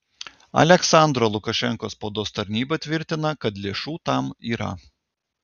aliaksandro lukašenkos spaudos tarnyba tvirtina kad lėšų tam yra